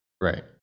right